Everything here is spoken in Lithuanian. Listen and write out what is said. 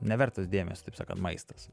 nevertas dėmesio taip sakant maistas